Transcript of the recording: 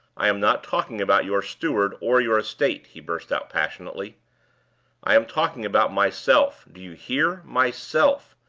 i am not talking about your steward or your estate, he burst out passionately i am talking about myself. do you hear? myself!